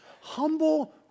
humble